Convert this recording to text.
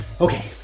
Okay